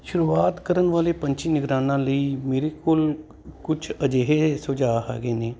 ਸ਼ੁਰੂਆਤ ਕਰਨ ਵਾਲੇ ਪੰਛੀ ਨਿਗਰਾਨਾ ਲਈ ਮੇਰੇ ਕੋਲ ਕੁਛ ਅਜਿਹੇ ਸੁਝਾਅ ਹੈਗੇ ਨੇ